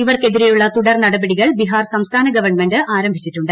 ഇവർക്കെതിരെയുള്ള തുടർ നടപടികൾ ബിഹാർ സംസ്ഥാന ഗവൺമെന്റ് ആരംഭിച്ചിട്ടു്